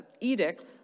edict